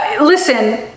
listen